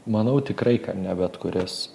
manau tikrai ka ne bet kuris